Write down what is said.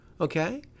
Okay